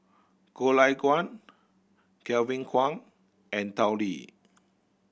Goh Lay Kuan Kevin Kwan and Tao Li